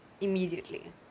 immediately